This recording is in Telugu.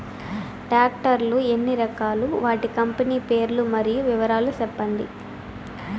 టాక్టర్ లు ఎన్ని రకాలు? వాటి కంపెని పేర్లు మరియు వివరాలు సెప్పండి?